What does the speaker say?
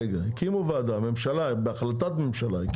בהחלטת ממשלה,